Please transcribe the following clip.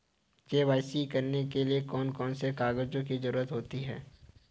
KYC करने के लिए कौन कौन से कागजों की जरूरत होती है?